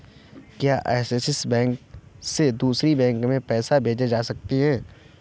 क्या Axis bank से दूसरे बैंक में पैसे भेजे जा सकता हैं?